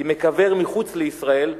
אם אקבר מחוץ לישראל,